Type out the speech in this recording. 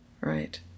right